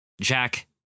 Jack